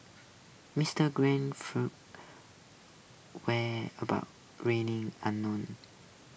Mister grace whereabouts remain unknown